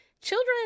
children